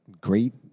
great